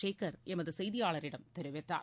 சேகர் எமது செய்தியாளரிடம் தெரிவித்தார்